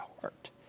heart